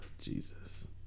Jesus